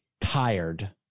tired